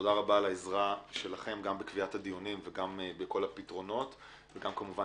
תודה על עזרתכם גם בקביעת הדיונים וגם בכל הפתרונות ולכם,